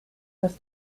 dass